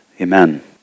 Amen